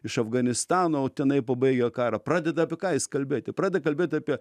iš afganistano o tenai pabaigę karą pradeda apie ką jis kalbėti pradeda kalbėti apie